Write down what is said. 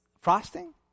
frosting